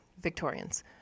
Victorians